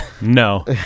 no